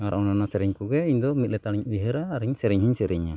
ᱟᱨ ᱚᱱᱮ ᱚᱱᱟ ᱥᱮᱨᱮᱧ ᱠᱚᱜᱮ ᱤᱧᱫᱚ ᱢᱤᱫ ᱞᱮᱛᱟᱲ ᱤᱧ ᱩᱭᱦᱟᱹᱨᱟ ᱟᱨᱤᱧ ᱥᱮᱨᱮᱧ ᱦᱚᱧ ᱥᱮᱨᱮᱧᱟ